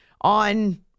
on